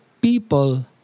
people